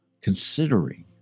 considering